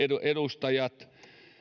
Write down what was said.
edustajat